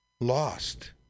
lost